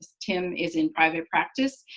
tim is in private practice,